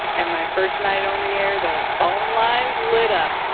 and my first night on the air, the phone lines lit up.